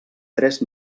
tres